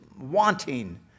wanting